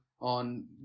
on